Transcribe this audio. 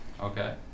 okay